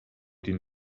die